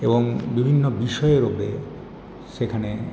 এবং বিভিন্ন বিষয় রূপে সেখানে